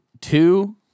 two